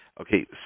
Okay